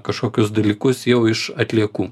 kažkokius dalykus jau iš atliekų